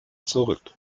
zurück